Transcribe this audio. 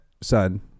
son